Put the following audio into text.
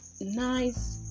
nice